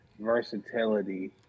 versatility